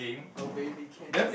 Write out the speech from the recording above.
oh baby can't you s~